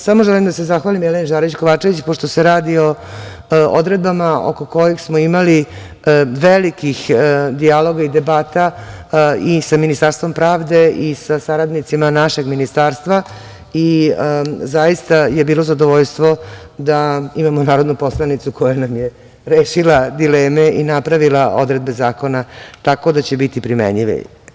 Samo želim da se zahvalim Jeleni Žarić Kovačević, pošto se radi o odredbama oko kojih smo imali velikih dijaloga i debata i sa Ministarstvom pravde i sa saradnicima našeg Ministarstva, zaista je bilo zadovoljstvo da imamo narodnu poslanicu koja nam je rešila dileme i napravila odredbe zakona tako da će biti primenjivi.